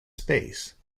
space